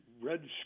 Red